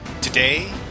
Today